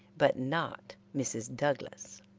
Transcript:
but not mrs. douglas.